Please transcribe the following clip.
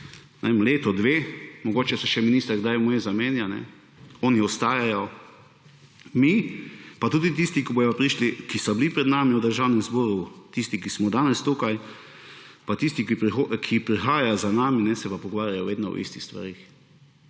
leto, dve, mogoče se še minister kdaj vmes zamenja, oni ostajajo; mi, pa tudi tisti, ki so bili pred nami v Državnem zboru, tisti, ki smo danes tukaj, pa tisti, ki prihajajo za nami, se pa pogovarjajo vedno o istih stvareh.